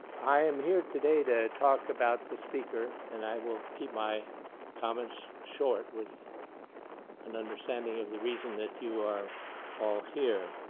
i am here today to talk about the speaker, and i will keep my comments short with an understanding of the reason that you are all here.